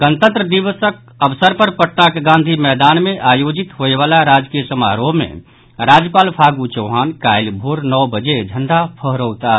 गणतंत्र दिवसक अवसर पर पटनाक गांधी मैदान मे आयोजित होयवला राजकीय समारोह मे राज्यपाल फागू चौहान काल्हि भोर नओ बजे झंडा फहरौताह